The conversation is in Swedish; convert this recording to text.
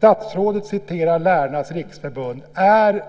Om vi håller oss till principerna undrar jag: Är